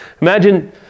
imagine